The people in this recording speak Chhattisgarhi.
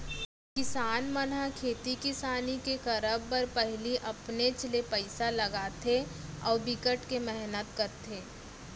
किसान मन ह खेती किसानी के करब बर पहिली अपनेच ले पइसा लगाथे अउ बिकट के मेहनत करथे